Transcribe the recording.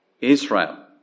Israel